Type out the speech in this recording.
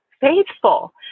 faithful